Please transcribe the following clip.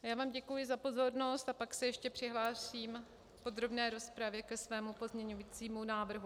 Já vám děkuji za pozornost a pak se ještě přihlásím v podrobné rozpravě ke svému pozměňovacímu návrhu.